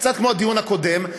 קצת כמו הדיון הקודם,